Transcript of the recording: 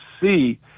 see